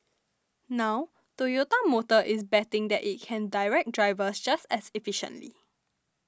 now Toyota Motor is betting that it can direct drivers just as efficiently